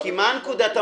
כי מה נקודת המוצא?